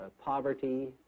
poverty